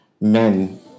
Men